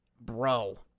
bro